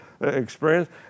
experience